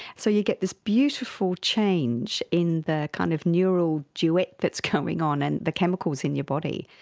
so you get this beautiful change in the kind of neural duet that's going on and the chemicals in your body.